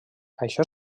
això